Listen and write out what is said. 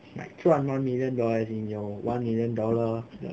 like two hun~ one million dollar as in your one million dollar like